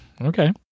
Okay